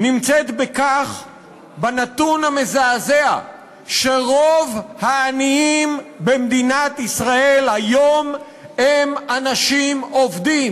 נמצאת בנתון המזעזע שרוב העניים במדינת ישראל היום הם אנשים עובדים.